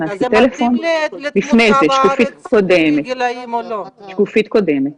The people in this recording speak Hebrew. --- בשקופית של מחלות רקע, אתם יכולים לראות